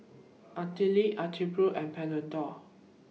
Betadine Atopiclair and Panadol